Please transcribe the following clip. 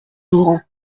laurent